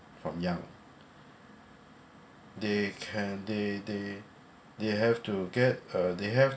from young they can they they they have to get uh they have